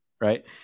right